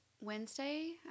Wednesday